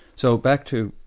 so, back to